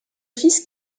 fils